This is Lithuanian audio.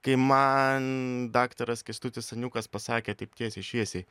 kai man daktaras kęstutis saniukas pasakė taip tiesiai šviesiai